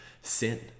sin